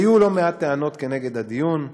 היו לא מעט טענות נגד הדיון,